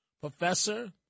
Professor